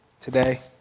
Today